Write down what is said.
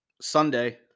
Sunday